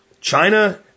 China